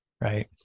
right